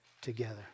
together